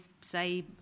say